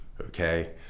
okay